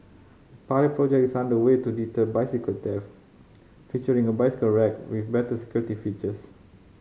pilot project is under way to deter bicycle theft featuring a bicycle rack with better security features